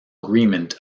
agreement